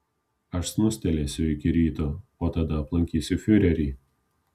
aš snustelėsiu iki ryto o tada aplankysiu fiurerį